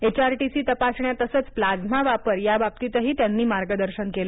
HRCT तपासण्या तसंच plasma वापर याबाबतीतही त्यांनी मार्गदर्शन केलं